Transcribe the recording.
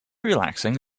relaxing